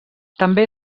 també